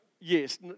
Yes